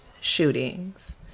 shootings